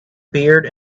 beard